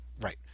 Right